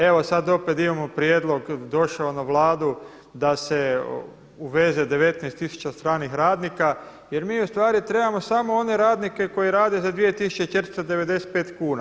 Evo sad opet imamo prijedlog došao na Vladu da se uveze 19000 stranih radnika, jer mi u stvari trebamo samo one radnike koji rade za 2495 kuna.